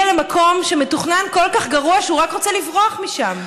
למקום שמתכונן כל כך גרוע שהוא רק רוצה לברוח משם,